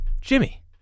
Jimmy